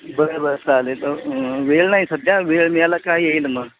बरं बरं चालेल तर वेळ नाही सध्या वेळ मिळाला काय येईन मग